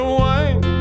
wine